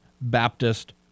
Baptist